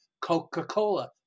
Coca-Cola